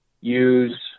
use